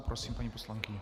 Prosím, paní poslankyně.